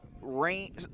rain